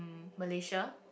Malaysia